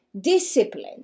discipline